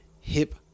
hip